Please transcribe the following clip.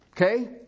Okay